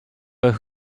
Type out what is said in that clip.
but